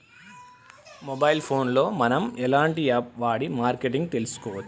Mobile phone లో మనం ఎలాంటి యాప్ వాడి మార్కెటింగ్ తెలుసుకోవచ్చు?